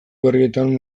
berrietan